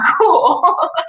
cool